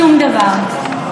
שום דבר.